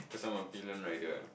cause I'm a pillion rider